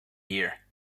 year